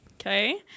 Okay